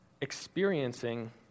experiencing